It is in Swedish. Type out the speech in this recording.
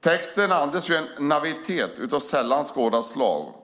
Texten andas en naivitet av sällan skådat slag.